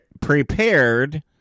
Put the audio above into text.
prepared